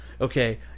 okay